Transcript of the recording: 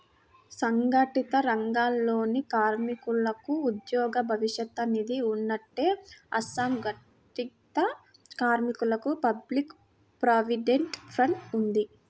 సంఘటిత రంగాలలోని కార్మికులకు ఉద్యోగ భవిష్య నిధి ఉన్నట్టే, అసంఘటిత కార్మికులకు పబ్లిక్ ప్రావిడెంట్ ఫండ్ ఉంది